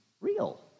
real